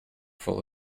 full